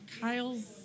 Kyle's